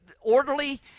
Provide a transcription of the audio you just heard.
orderly